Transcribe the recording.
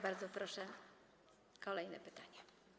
Bardzo proszę, kolejne pytanie.